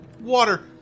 water